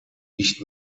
nicht